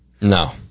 No